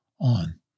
on